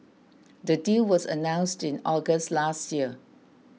the deal was announced in August last year